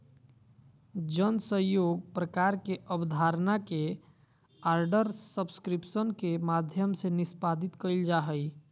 जन सहइोग प्रकार के अबधारणा के आर्डर सब्सक्रिप्शन के माध्यम से निष्पादित कइल जा हइ